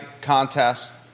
contest